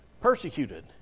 persecuted